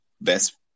best